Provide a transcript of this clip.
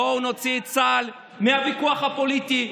בואו נוציא את צה"ל מהוויכוח הפוליטי.